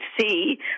see